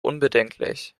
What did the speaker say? unbedenklich